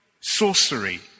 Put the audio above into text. sorcery